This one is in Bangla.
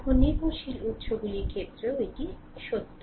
এখন নির্ভরশীল উত্সগুলির ক্ষেত্রেও এটি সত্য